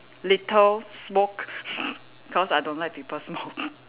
mm litter smoke cause I don't like people smoke